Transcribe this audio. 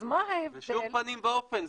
אז מה ההבדל --- בשום פנים ואופן,